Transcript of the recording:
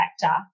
factor